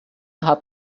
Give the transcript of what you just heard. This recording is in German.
hat